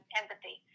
empathy